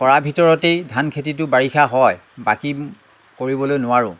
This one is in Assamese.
কৰাৰ ভিতৰত এই ধান খেতিটো বাৰিষা হয় বাকী কৰিবলৈ নোৱাৰোঁ